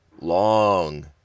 long